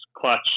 clutch